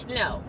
no